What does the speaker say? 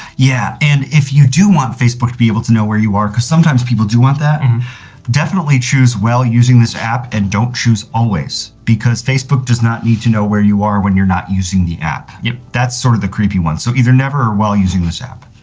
yeah, and if you do want facebook to be able to know where you are, because sometimes people do want that, then and definitely choose while using this app and don't choose always because facebook does not need to know where you are when you're not using the app. yep. that's sort of the creepy one. so either never or while using this app.